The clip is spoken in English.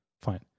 fine